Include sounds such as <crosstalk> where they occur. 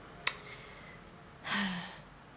<noise> <breath>